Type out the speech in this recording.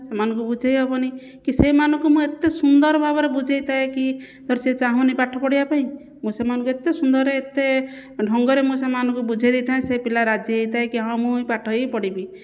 ସେମାନଙ୍କୁ ବୁଝାଇ ହେବ ନାହିଁ କି ସେମାନଙ୍କୁ ମୁଁ ଏତେ ସୁନ୍ଦର ଭାବରେ ବୁଝାଇଥାଏ କି ଧର ସେ ଚାହୁଁନାହିଁ ପାଠ ପଢ଼ିବା ପାଇଁ ମୁଁ ସେମାନଙ୍କୁ ଏତେ ସୁନ୍ଦର ଏତେ ଢଙ୍ଗରେ ମୁଁ ସେମାନଙ୍କୁ ବୁଝାଇ ଦେଇଥାଏ ସେ ପିଲା ରାଜି ହୋଇଥାଏ ହଁ ମୁଁ ବି ପାଠ ହିଁ ପଢ଼ିବି